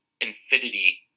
infinity